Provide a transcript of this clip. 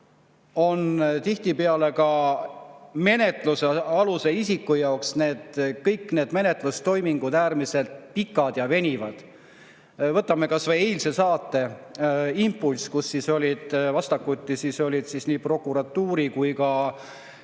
Tihtipeale on menetlusaluse isiku jaoks kõik need menetlustoimingud äärmiselt pikad ja venivad. Võtame kas või eilse saate "Impulss", kus olid vastakuti nii prokuratuuri kui ka